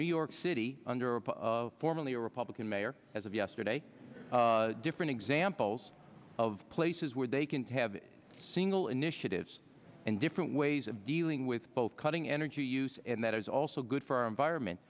new york city under former republican mayor as of yesterday different examples of places where they can have single initiatives and different ways of dealing with both cutting energy use and that is also good for our environment